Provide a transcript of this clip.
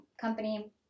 company